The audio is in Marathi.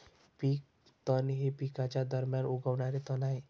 पीक तण हे पिकांच्या दरम्यान उगवणारे तण आहे